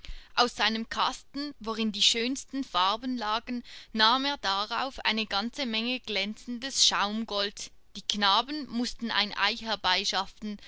aus seinem kasten worin die schönsten farben lagen nahm er darauf eine ganze menge glänzendes schaumgold die knaben mußten ein ei